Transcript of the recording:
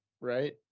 right